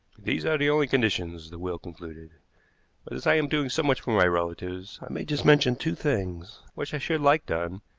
these are the only conditions, the will concluded but, as i am doing so much for my relatives, i may just mention two things which i should like done,